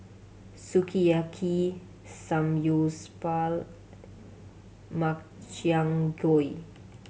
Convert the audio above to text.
Sukiyaki Samgyeopsal Makchang Gui